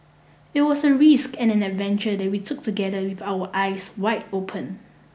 it was a risk and an adventure that we took together with our eyes wide open